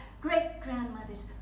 great-grandmothers